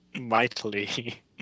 Mightily